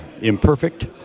imperfect